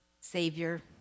Savior